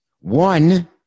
one